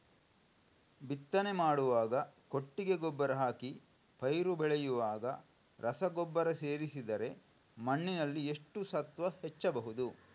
ಬಿತ್ತನೆ ಮಾಡುವಾಗ ಕೊಟ್ಟಿಗೆ ಗೊಬ್ಬರ ಹಾಕಿ ಪೈರು ಬೆಳೆಯುವಾಗ ರಸಗೊಬ್ಬರ ಸೇರಿಸಿದರೆ ಮಣ್ಣಿನಲ್ಲಿ ಎಷ್ಟು ಸತ್ವ ಹೆಚ್ಚಬಹುದು?